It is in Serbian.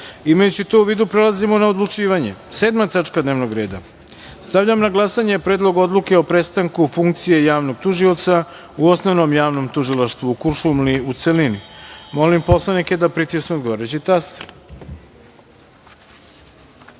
tužioca. Imajući to u vidu, prelazimo na odlučivanje. Sedma tačka dnevnog reda. Stavljam na glasanje Predlog odluke o prestanku funkcije javnog tužioca u Osnovnom javnom tužilaštvu u Kuršumliji, u celini. Molim narodne poslanike da pritisnu odgovarajući